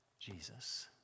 Jesus